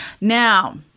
Now